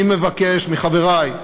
אני מבקש מחברי,